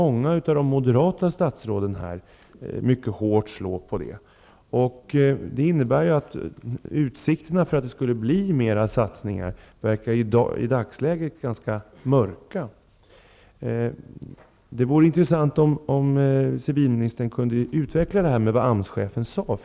Många av de moderata statsråden har mycket hårt slagit mot sådana förslag. Utsikterna till fler satsningar verkar i dagsläget ganska mörka. Det vore intressant att höra civilministern något utveckla det som AMS-chefen sade.